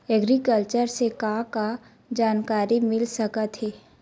Agriculture से का का जानकारी मिल सकत हे?